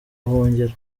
ahungira